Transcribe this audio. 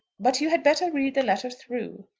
but you had better read the letter through.